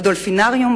בדולפינריום?